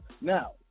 Now